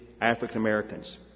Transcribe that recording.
African-Americans